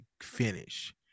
finish